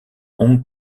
hong